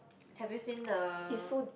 have you seen the